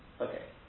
Okay